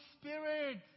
spirit